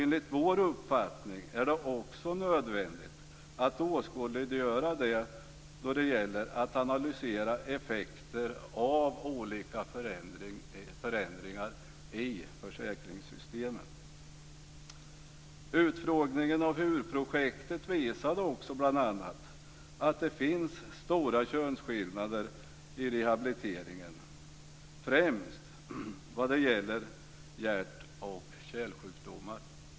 Enligt vår uppfattning är det också nödvändigt att åskådliggöra det då det gäller att analysera effekter av olika förändringar i försäkringssystemen. Utfrågningen om HUR-projektet visade bl.a. att det finns stora könsskillnader i rehabiliteringen, främst vad gäller hjärt och kärlsjukdomar.